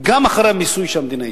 גם אחרי המיסוי שהמדינה הטילה.